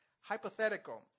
hypothetical